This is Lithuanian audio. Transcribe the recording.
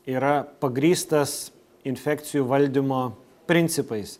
yra pagrįstas infekcijų valdymo principais